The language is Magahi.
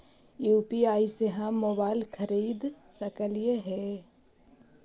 यु.पी.आई से हम मोबाईल खरिद सकलिऐ है